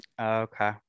okay